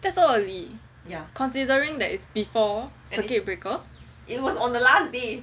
that's so early considering that is before circuit breaker